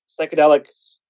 psychedelics